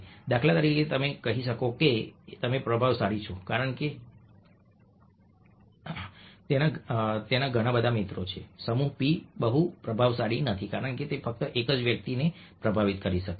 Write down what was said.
દાખલા તરીકે કોઈ કહી શકે કે તમે પ્રભાવશાળી છો કારણ કે તેના ઘણા મિત્રો છે જ્યારે p બહુ પ્રભાવશાળી નથી કારણ કે તે ફક્ત એક જ વ્યક્તિને પ્રભાવિત કરી શકે છે